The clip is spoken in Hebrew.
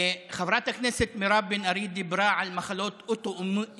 חברת הכנסת מירב בן ארי דיברה על מחלות אוטואימוניות.